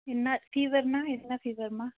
என்ன ஃபீவர்னால் என்ன ஃபீவர்மா